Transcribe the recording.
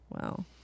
Wow